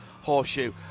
Horseshoe